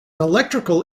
electrical